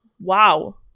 Wow